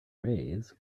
raise